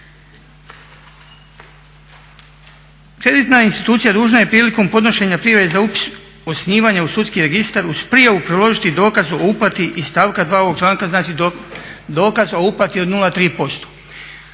Kreditna institucija dužna je prilikom podnošenja prijave za upis osnivanja u sudski registar uz prijavu priložiti i dokaz o uplati iz stavka 2. ovog članka, znači dokaz o uplati od 0,3%.